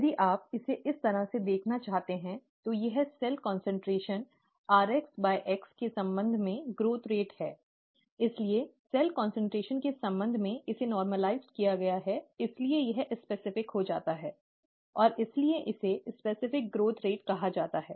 यदि आप इसे इस तरह से देखना चाहते हैं तो यह cell concentration 'rx by x' के संबंध में विकास दर है इसलिए सेल कान्सन्ट्रेशन के संबंध में इसे सामान्य किया गया है इसलिए यह विशिष्ट हो जाता है और इसलिए इसे विशिष्ट विकास दर कहा जाता है